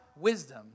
wisdom